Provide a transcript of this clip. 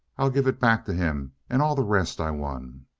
i'll give it back to him and all the rest i won.